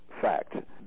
fact